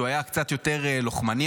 הוא היה קצת יותר לוחמני,